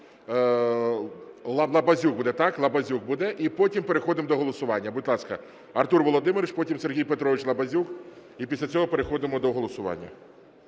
Лабазюк буде, так? Лабазюк, і потім переходимо до голосування. Будь ласка, Артур Володимирович. Потім Сергій Петрович Лабазюк, і після цього переходимо до голосування.